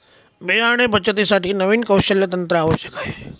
बियाणे बचतीसाठी नवीन कौशल्य तंत्र आवश्यक आहे